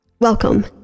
welcome